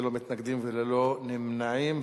ללא מתנגדים וללא נמנעים,